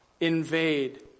invade